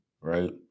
right